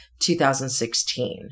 2016